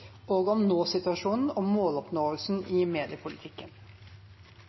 og om nåsituasjonen og måloppnåelsen i mediepolitikken